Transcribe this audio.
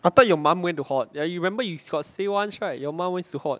I thought your mum went to hog ya you remember you got say once right your mum went to hog